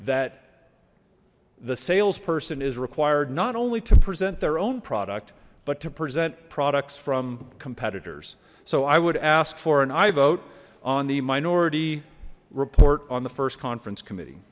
that the salesperson is required not only to present their own product but to present products from competitors so i would ask for an aye vote on the minority report on the first conference committee